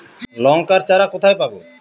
লঙ্কার চারা কোথায় পাবো?